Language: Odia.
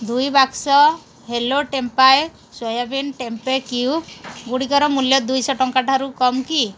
ଦୁଇ ବାକ୍ସ ହ୍ୟାଲୋ ଟେମ୍ପାୟ ସୋୟାବିନ୍ ଟେମ୍ପେ କ୍ୟୁଗୁଡ଼ିକର ମୂଲ୍ୟ ଶହଦୁଇ ଟଙ୍କା ଠାରୁ କମ୍ କି